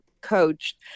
coached